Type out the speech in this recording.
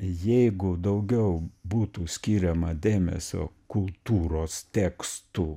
jeigu daugiau būtų skiriama dėmesio kultūros tekstų